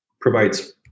provides